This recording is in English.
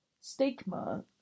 stigma